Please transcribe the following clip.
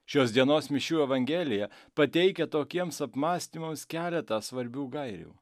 šios dienos mišių evangelija pateikia tokiems apmąstymams keletą svarbių gairių